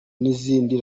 n’izindi